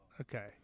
Okay